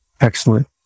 Excellent